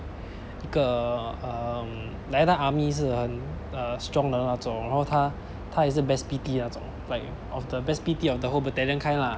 一个 um like 那个 army 是很 uh strong 的那种然后他他也是 best P_T 那种 like of the best P_T of the whole battalion kind lah